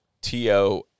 t-o